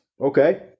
okay